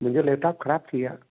मुंहिंजो लैपटौप ख़राबु थी वियो आहे